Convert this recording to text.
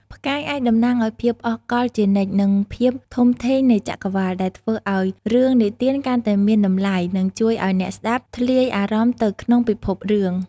ផ្កាយអាចតំណាងឲ្យភាពអស់កល្បជានិច្ច និងភាពធំធេងនៃចក្រវាឡ ដែលធ្វើឲ្យរឿងនិទានកាន់តែមានតម្លៃ និងជួយឲ្យអ្នកស្ដាប់ធ្លាយអារម្មណ៍ទៅក្នុងពិភពរឿង ។